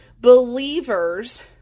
believers